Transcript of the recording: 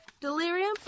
Delirium